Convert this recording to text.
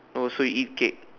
oh so you eat cake